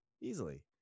Easily